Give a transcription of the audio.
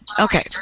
Okay